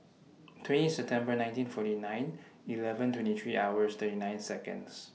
twenty September nineteen forty nine eleven twenty three hours thirty nine Seconds